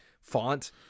font